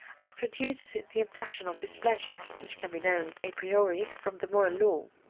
and produces the impression of displeasure which can be known a priori from the moral law.